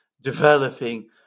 developing